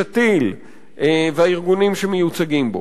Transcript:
שתי"ל והארגונים שמיוצגים בו.